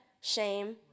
shame